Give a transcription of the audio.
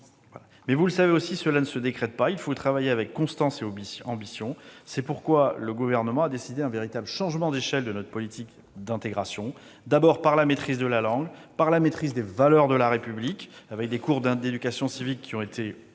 vous le savez aussi, cela ne se décrète pas : il faut y travailler avec constance et ambition. C'est pourquoi le Gouvernement a décidé un véritable changement d'échelle de nos politiques d'intégration, d'abord par la maîtrise de la langue et la maîtrise des valeurs de la République, avec des cours d'éducation civique passant de